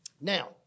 Now